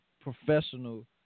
professional